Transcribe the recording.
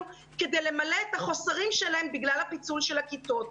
כדי למלא את החוסרים שלהם בגלל הפיצול של הכיתות.